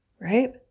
Right